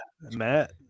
Matt